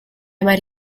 might